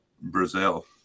Brazil